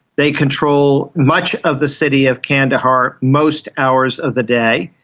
they control much of the city of kandahar most hours of the day,